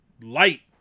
light